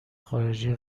خارجی